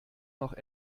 noch